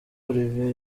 olivier